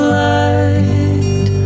light